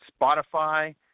Spotify